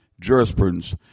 jurisprudence